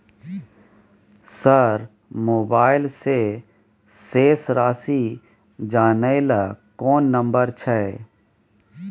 Sir mobile से शेस राशि जानय ल कोन नंबर छै?